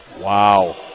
Wow